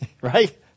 Right